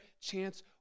chance